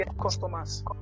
customers